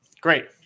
Great